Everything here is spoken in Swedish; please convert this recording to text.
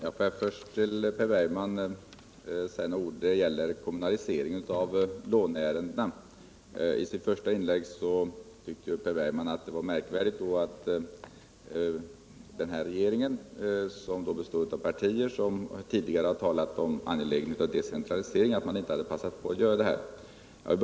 Herr talman! Beträffande frågan om kommunalisering av låneärendena sade Per Bergman i sitt första inlägg att det var märkvärdigt att den här regeringen, som består av partier som tidigare har talat om angelägenheten av decentralisering, inte hade passat på att genomföra en kommunalisering.